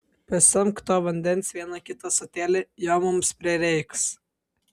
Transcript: pasemk to vandens vieną kitą ąsotėlį jo mums prireiks